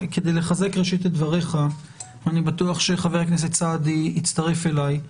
כדי לחזק את דבריך ואני בטוח שחבר הכנסת סעדי יצטרף אלי,